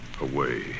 Away